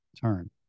turn